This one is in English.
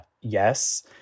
yes